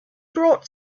brought